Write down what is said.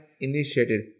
initiated